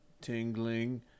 tingling